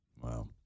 Wow